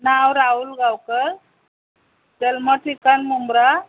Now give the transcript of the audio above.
नाव राहुल गावकर जल्मठिकाण मुंब्रा